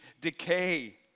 decay